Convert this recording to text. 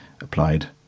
applied